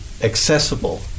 accessible